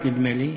אדם קרוב אל עצמו,